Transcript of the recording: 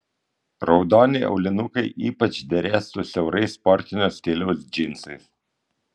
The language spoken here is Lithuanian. raudoni aulinukai ypač derės su siaurais sportinio stiliaus džinsais